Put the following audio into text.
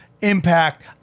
impact